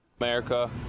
America